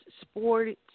sports